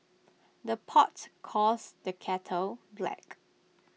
the pot calls the kettle black